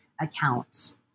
account